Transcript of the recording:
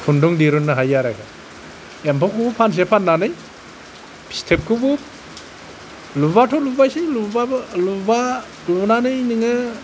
खुन्दुं दिरुननो हायो आरो एम्फौखौबो फानसे फाननानै फिथोबखौबो लुबाथ' लुबायसै लुबाबो लुबा लुनानै नोङो